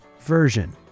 version